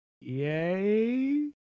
Yay